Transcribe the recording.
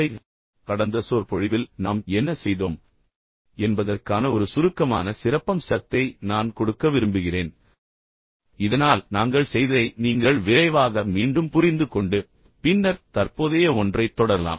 நான் தொடங்குவதற்கு முன்பு வழக்கம் போல் கடந்த சொற்பொழிவில் நாம் என்ன செய்தோம் என்பதற்கான ஒரு சுருக்கமான சிறப்பம்சத்தை நான் கொடுக்க விரும்புகிறேன் இதனால் நாங்கள் செய்ததை நீங்கள் விரைவாக மீண்டும் புரிந்துகொண்டு பின்னர் தற்போதைய ஒன்றைத் தொடரலாம்